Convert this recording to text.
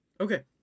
okay